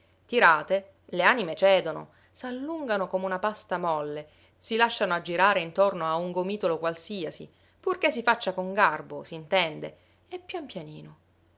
tirate le anime cedono s'allungano come una pasta molle si lasciano aggirare intorno a un gomitolo qualsiasi purché si faccia con garbo s'intende e pian pianino